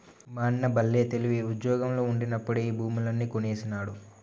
మా అన్న బల్లే తెలివి, ఉజ్జోగంలో ఉండినప్పుడే ఈ భూములన్నీ కొనేసినాడు